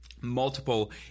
Multiple